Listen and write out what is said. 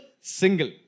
single